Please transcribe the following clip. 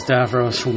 Davros